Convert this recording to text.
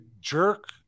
jerk